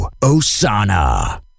Osana